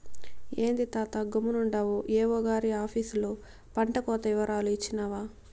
ఏంది తాతా గమ్మునుండావు ఏవో గారి ఆపీసులో పంటకోత ఇవరాలు ఇచ్చినావా